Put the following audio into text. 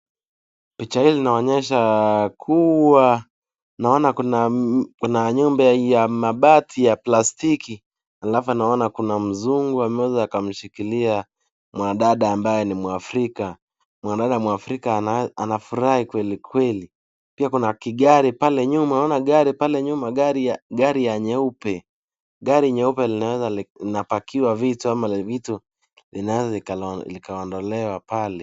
Picha hii inaonyesha kuwa, naona kuna nyumba ya mabati ya plastiki alafu naona kuna mzungu ameweza akamshikilia mwanadada ambaye ni mwafrika. Mwanaume mwafrika anafurahi kwelikweli. Pia kuna kigari pale nyuma. Naona gari pale nyuma, gari ya nyeupe. Gari nyeupe naona linapakiwa vitu ama vitu linaweza likaondolewa pale.